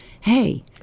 Hey